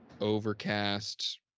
Overcast